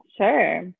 Sure